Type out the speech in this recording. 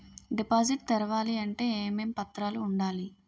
Deposit తెరవాలి అంటే ఏమేం పత్రాలు ఉండాలి?